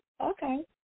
Okay